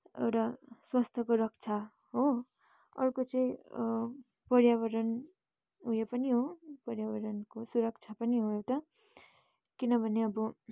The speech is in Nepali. एउटा स्वास्थ्यको रक्षा हो अर्को चाहिँ पर्यावरण यो पनि हो पर्यावरणको सुरक्षा पनि हो एउटा किनभने अब